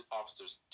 officers